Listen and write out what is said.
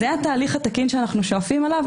זה התהליך התקין שאנחנו שואפים אליו?